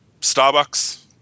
Starbucks